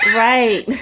right.